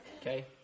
Okay